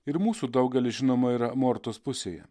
ir mūsų daugelis žinoma yra mortos pusėje